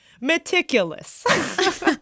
meticulous